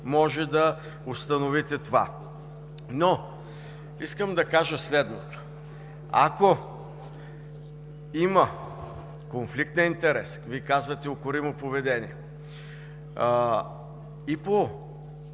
може да установите това. Искам да кажа следното. Ако има конфликт на интереси – Вие казвате „укоримо поведение“, и по